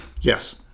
Yes